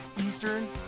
Eastern